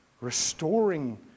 restoring